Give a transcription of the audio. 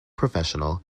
professional